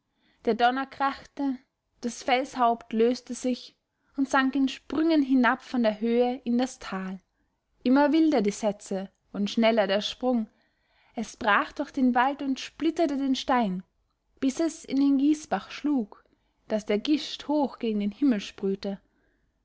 der donner krachte das felshaupt löste sich und sank in sprüngen hinab von der höhe in das tal immer wilder die sätze und schneller der sprung es brach durch den wald und splitterte den stein bis es in den gießbach schlug daß der gischt hoch gegen den himmel sprühte